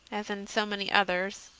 as in so many others,